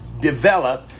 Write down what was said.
Develop